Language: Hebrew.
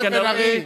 אבל כנראה,